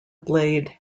blade